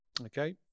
okay